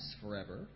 forever